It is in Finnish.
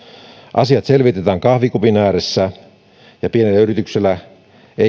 asiat selvitetään kahvikupin ääressä ja pienillä yrityksillä ei